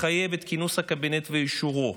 מחייב את כינוס הקבינט ואישורו.